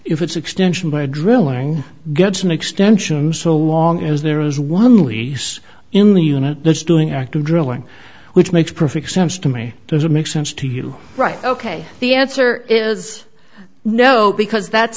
if it's extension by drilling gibson extensions so long as there is one lease in the unit that's doing active drilling which makes perfect sense to me it would make sense to you right ok the answer is no because that's